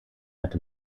hatte